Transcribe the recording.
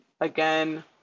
again